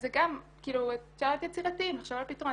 אז גם, אפשר להיות יצירתיים לחשוב על פתרונות.